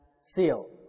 seal